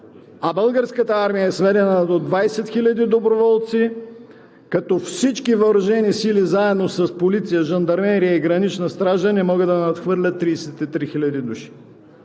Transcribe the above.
а Българската армия е сведена до 20 хиляди доброволци, като всички въоръжени сили, заедно с полиция, жандармерия и гранична стража, не могат да надхвърлят 33 хиляди души.